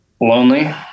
lonely